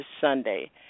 Sunday